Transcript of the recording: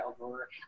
over